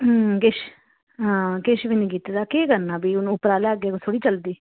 अम्म किश हां किश बी निं कीते दा केह् करना भी हून उप्परै आह्ले अग्गें थोह्ड़ी चलदी